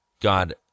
God